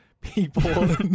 people